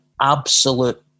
absolute